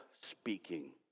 speaking